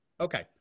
Okay